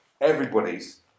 everybody's